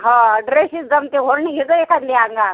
हा ड्रेसशी जमते ओढणी घे गं एखादली अंगा